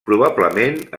probablement